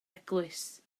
eglwys